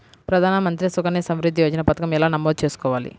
ప్రధాన మంత్రి సుకన్య సంవృద్ధి యోజన పథకం ఎలా నమోదు చేసుకోవాలీ?